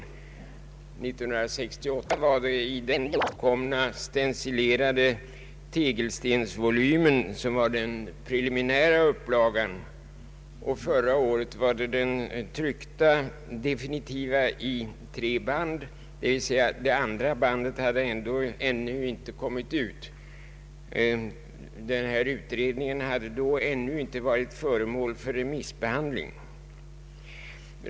1968 talade jag om den då utkomna stencilerade tegelstensvolymen, som utgjorde en preliminär upplaga, och förra året om den tryckta, definitiva upplagan, i tre band, av vilka andra bandet då ännu inte hade kommit ut. Utredningen hade då inte varit föremål för remissbehandling.